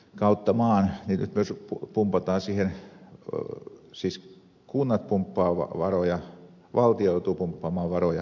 galttomaan vilkaisu pumpataan siihen on nyt kunnat pumppaavat varoja valtio joutuu pumppaamaan varoja veroeuroja ja siihen käytetään vielä eu varoja jotka ovat yhteisiä veroeuroja nekin